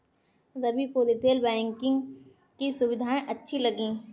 रवि को retail banking की सुविधाएं अच्छी लगी